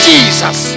Jesus